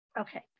Okay